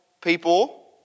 people